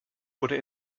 wurde